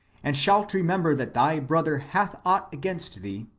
and shalt remember that thy brother hath ought against thee,